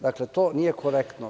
Dakle, to nije korektno.